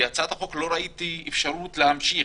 ולהגיד לו: אתה לא יכול לנסוע לעבודה עד שתשלם את החוב.